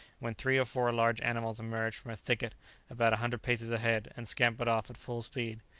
when three or four large animals emerged from a thicket about a hundred paces ahead, and scampered off at full speed.